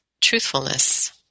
truthfulness